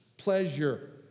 pleasure